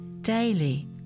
Daily